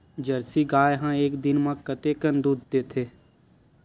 Jersey गाय ह एक दिन म कतेकन दूध देथे?